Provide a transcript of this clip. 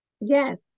Yes